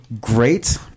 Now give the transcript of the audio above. great